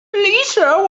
lisa